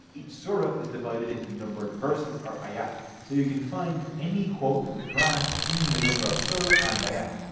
each surah is divided into numbered verses or ayat. so you can find any quote from the quran using the number of the surah and ayat.